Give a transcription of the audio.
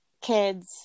kids